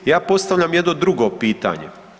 Ja postavljam jedno drugo pitanje.